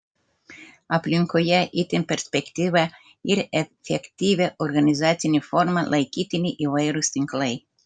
aplinkoje itin perspektyvia ir efektyvia organizacine forma laikytini įvairūs tinklai